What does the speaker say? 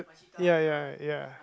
ya ya ya